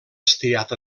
estirat